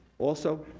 also,